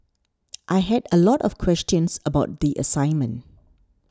I had a lot of questions about the assignment